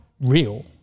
real